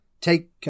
Take